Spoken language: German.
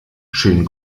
schönen